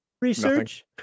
Research